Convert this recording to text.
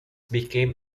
became